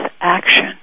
action